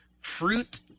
fruit